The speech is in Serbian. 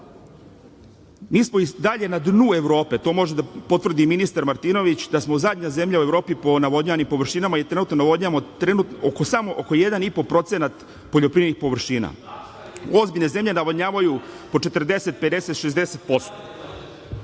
smo i dalje na dnu Evrope, to može da potvrdi ministar Martinović, da smo zadnja zemlja u Evropi po navodnjavanim površinama i trenutno navodnjavamo samo oko 1,5% poljoprivrednih površina. Ozbiljne zemlje navodnjavaju po 40, 50, 60%.Vaša